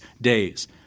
days